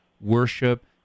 worship